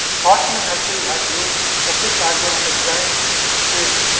hatchin enhance lee had used the thick axon of a giant squid,